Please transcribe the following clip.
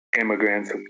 Immigrants